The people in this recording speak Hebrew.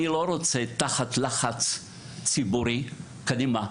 אני לא רוצה לעשות את זה תחת לחץ ציבורי: "קדימה,